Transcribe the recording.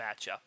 matchup